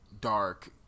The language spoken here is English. dark